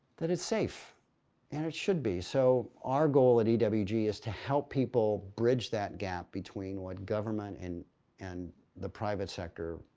that it's safe and it should be. so our goal at and ewg is to help people bridge that gap between what government and and the private sector,